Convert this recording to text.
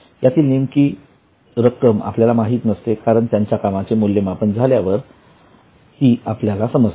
यातील नेमकी रक्कम आपल्याला माहित नसते कारण त्यांच्या कामाचे मूल्यमापन झाल्यावरच ती आपल्याला समजते